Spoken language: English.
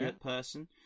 person